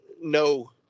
no